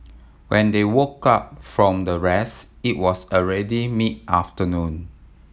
when they woke up from the rest it was already mid afternoon